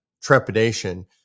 trepidation